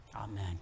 amen